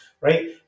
Right